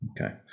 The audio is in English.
okay